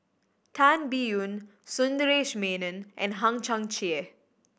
Tan Biyun Sundaresh Menon and Hang Chang Chieh